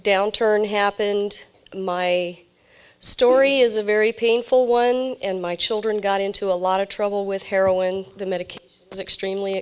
downturn happened my story is a very painful one and my children got into a lot of trouble with heroin the medicaid was extremely